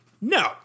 No